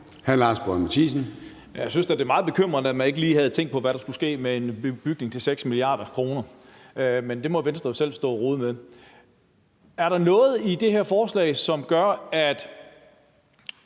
10:15 Lars Boje Mathiesen (UFG): Jeg synes da, det er meget bekymrende, at man ikke lige havde tænkt på, hvad der skulle ske med en bygning til 6 mia. kr., men det må Venstre jo selv stå og rode med. Er der noget i det her forslag, som gør, at